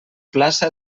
plaça